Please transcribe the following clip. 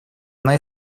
она